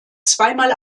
zweimal